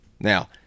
Now